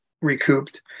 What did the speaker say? recouped